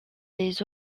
des